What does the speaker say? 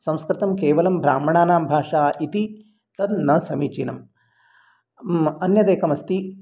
संस्कृतं केवलं ब्राह्मणानां भाषा इति तद् न समीचीनम् अन्यद् एकमस्ति